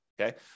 okay